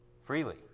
freely